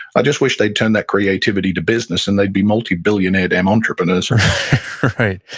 i just wish they'd turn that creativity to business, and they'd be multibillionaire damn entrepreneurs right.